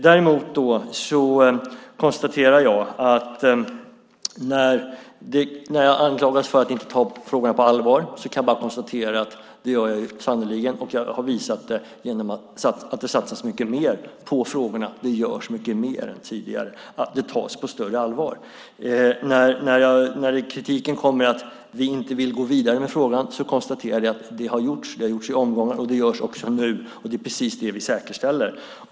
Däremot kan jag när jag anklagas för att inte ta frågorna på allvar bara konstatera att jag sannerligen gör det och har visat detta genom att det satsas mycket mer på frågorna. Det görs mycket mer än tidigare. Det tas på större allvar. När kritiken kommer om att vi inte vill gå vidare med frågan konstaterar jag att det har gjorts. Det har gjorts i omgångar och görs också nu, och det är precis det vi säkerställer.